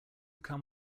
come